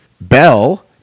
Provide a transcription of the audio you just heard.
Bell